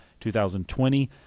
2020